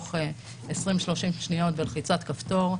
תוך 30-20 שניות בלחיצת כפתור,